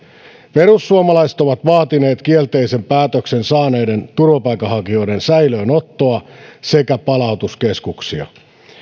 perussuomalaiset ovat vaatineet kielteisen päätöksen saaneiden turvapaikanhakijoiden säilöönottoa sekä palautuskeskuksia